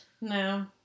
No